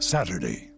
Saturday